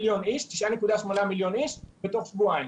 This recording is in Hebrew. ל-9.8 מיליון איש בתוך שבועיים,